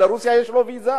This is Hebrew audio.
לרוסיה יש לו ויזה.